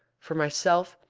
for myself,